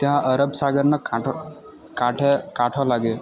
ત્યાં અરબ સાગરનો ખાંઠો કાંઠો કાંઠો લાગે